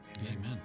Amen